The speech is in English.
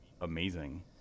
amazing